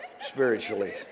spiritually